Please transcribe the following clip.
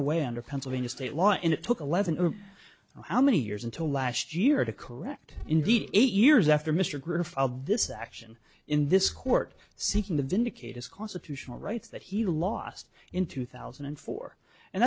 away under pennsylvania state law and it took eleven or how many years until last year to correct indeed eight years after mr griffith of this action in this court seeking to vindicate his constitutional rights that he lost in two thousand and four and